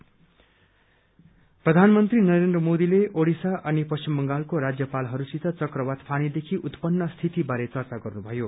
फानी मोदी प्रधानमन्त्री नरेन्द्र मोदीले ओडिसा अनि पश्चिम बंगालको राज्यपालहरूसित चक्रवात फानीदेखि उत्पन्न स्थिति बारे चर्चा गर्नुभयो